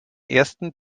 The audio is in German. ersten